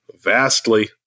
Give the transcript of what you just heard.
Vastly